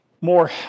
more